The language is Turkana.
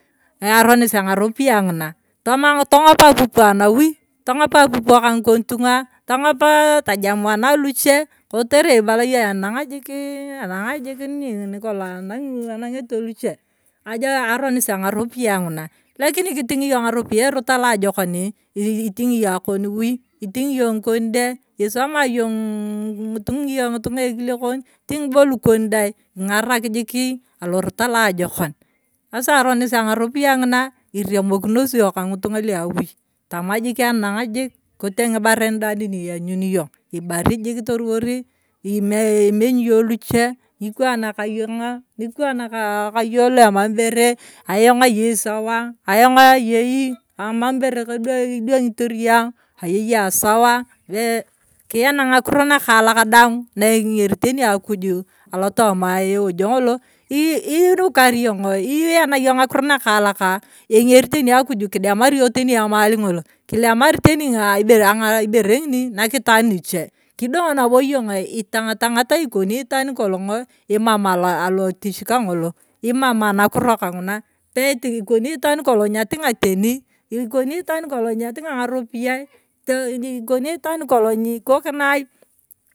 Aronis ang'aropiyae ng'ina tong'op apupo anawui tong'op aouoo kang'ikon tongia tong'opo tajamana luche kotere ibala yong'o inangjiki. anang'a jikii nikolong'o anang'ele luche ajo aronisi ang'aropiyae ng'ina. lakini kiting'i yong ng'aropiyae airot alajokonii ikingi yona akon wui. itingii yona ngikon de. esisoma yong'ii itingi yong ny'itong'a ekile kon. itingi bo lukon dai king'araki jikii alorot anajokom. asa aronsi ang'aropiya ng'ina iremokinosi yong ka ng'itonga lua awui tama jik anana jik. ikote ngibaren da neni iyanyum yong ibari jik toruwari imenyi yong luche nyikwan ka yong'o. nyikan kala yona la emam ibere ayong ayei sawa. ayong ayei amam ibere kidwang'itor yong ayong na eng'erit teni akuju alotoma ewojo ng'olo ii unukari yong'o. iyana yong ng'akuro nakaulaka engeri teni akuju kidemari yong'o teni emali ng'olo. kilemari teni ibere ng'ini nak itaan niche kidong nabo yong'o itang'atang'at ikoni itaaninikotona imam alotich ka ng'olo. imam anakuro kang'una peti ikoni itaan nikitong nyeting'a teni, ikoni itaan nikolong nyeting'a ng'aropiyae ikoni itaan nikkong nikokina ai.